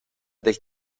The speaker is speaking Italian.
del